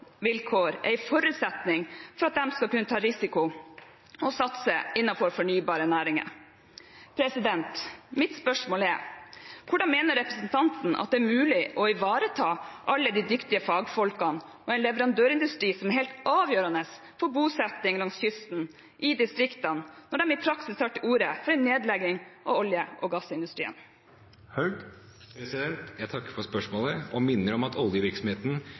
forutsetning for at de skal kunne ta risiko og satse innenfor fornybare næringer. Mitt spørsmål er: Hvordan mener representanten Haug at det er mulig å ivareta alle de dyktige fagfolkene og en leverandørindustri som er helt avgjørende for bosetting langs kysten i distriktene, når de i praksis tar til orde for en nedlegging av olje- og gassindustrien? Jeg takker for spørsmålet og minner om at oljevirksomheten